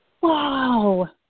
Wow